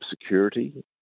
security